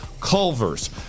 Culver's